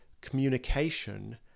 communication